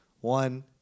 One